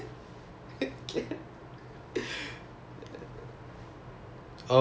uh okay K ya I got see her in our in my lectures also